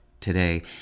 Today